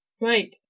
Right